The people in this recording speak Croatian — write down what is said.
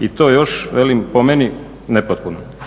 i to još velim po meni nepotpuno.